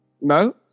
No